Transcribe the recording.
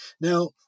Now